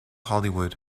hollywood